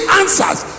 answers